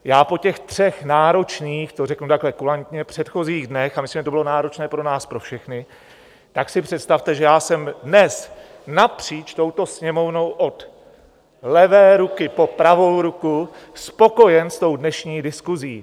Já po těch třech náročných, to řeknu takhle kulantně, předchozích dnech, a myslím, že to bylo náročné pro nás pro všechny, tak si představte, že já jsem dnes napříč touto Sněmovnou od levé ruky po pravou ruku spokojen s tou dnešní diskusí.